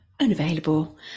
unavailable